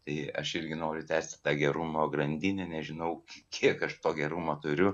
tai aš irgi noriu tęsti tą gerumo grandinę nežinau kiek aš to gerumo turiu